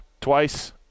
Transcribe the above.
twice